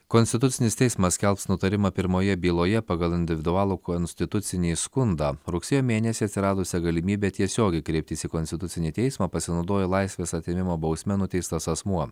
konstitucinis teismas skelbs nutarimą pirmoje byloje pagal individualų konstitucinį skundą rugsėjo mėnesį atsiradusią galimybę tiesiogiai kreiptis į konstitucinį teismą pasinaudojo laisvės atėmimo bausme nuteistas asmuo